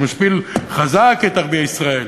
שמשפיל חזק את ערביי ישראל,